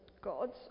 gods